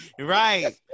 Right